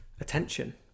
attention